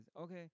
Okay